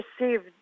received